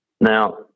Now